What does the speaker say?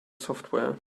software